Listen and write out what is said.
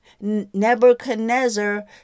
Nebuchadnezzar